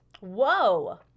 Whoa